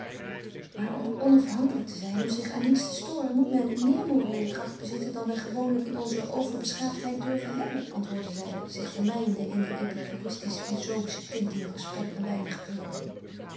om onafhankelijk te zijn om zich aan niets te storen moet men meer moreele kracht bezitten dan wij gewoonlijk in onze overbeschaafdheid durven hebben antwoordde zij zich vermeiende in de epicuristisch filozofische tint die hun gesprek een weinig kleurde